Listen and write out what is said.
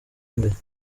imbere